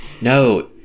no